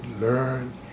learn